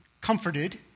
comforted